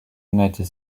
united